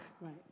right